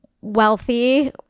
wealthy